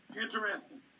Interesting